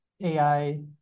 AI